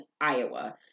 Iowa